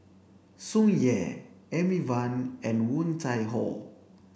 Tsung Yeh Amy Van and Woon Tai Ho